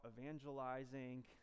evangelizing